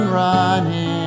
running